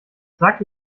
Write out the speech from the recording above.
sag